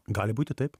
gali būti taip